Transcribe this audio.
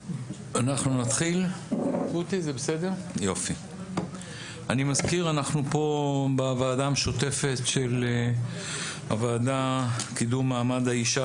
אני מזכיר שאנחנו כאן בוועדה המשותפת לקידום מעמד האישה